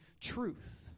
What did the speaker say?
truth